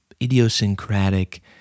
idiosyncratic